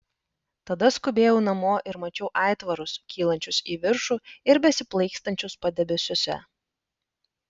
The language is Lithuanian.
tada skubėjau namo ir mačiau aitvarus kylančius į viršų ir besiplaikstančius padebesiuose